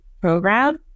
program